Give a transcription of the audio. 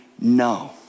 no